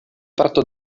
parto